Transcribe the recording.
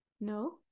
no